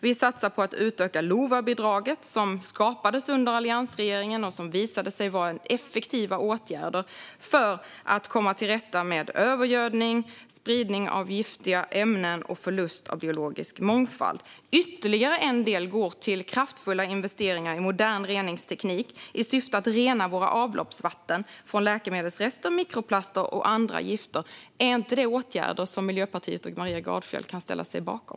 Vi satsar på att utöka LOVA-bidraget, som skapades under alliansregeringen och som visade sig vara en effektiv åtgärd för att komma till rätta med övergödning, spridning av giftiga ämnen och förlust av biologisk mångfald. Ytterligare en del går till kraftfulla investeringar i modern reningsteknik i syfte att rena vårt avloppsvatten från läkemedelsrester, mikroplaster och andra gifter. Är inte det åtgärder som Miljöpartiet och Maria Gardfjell kan ställa sig bakom?